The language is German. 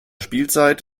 spielzeit